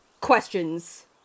questions